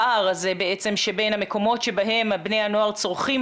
הפער הזה שבין המקומות שבהם בני הנוער צורכים